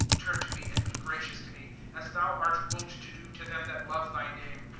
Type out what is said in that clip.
turn to me, and be gracious to me, as thou art wont to do to them that love thy name.